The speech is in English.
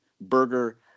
burger